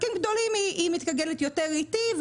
ולעסקים גדולים היא מתגלגלת באופן יותר איטי,